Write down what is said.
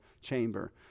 chamber